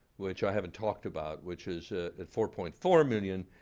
which i haven't talked about, which is at four point four million.